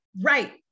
Right